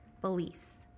Beliefs